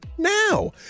now